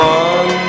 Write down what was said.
one